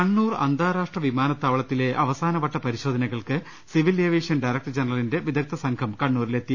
കണ്ണൂർ അന്താരാഷ്ട്ര വിമാനത്താവളത്തിലെ അവസാനവട്ട പരിശോധനകൾക്ക് സിവിൽ എവിയേഷൻ ഡയറക്ടർ ജനറലിന്റെ വിദഗ്ധ സംഘം കണ്ണൂരിലെത്തി